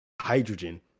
hydrogen